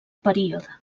període